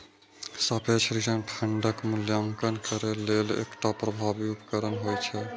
सापेक्ष रिटर्न फंडक मूल्यांकन करै लेल एकटा प्रभावी उपकरण होइ छै